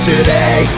Today